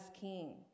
king